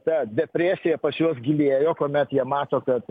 ta depresija pas juos gilėjo kuomet jie mato kad